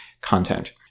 content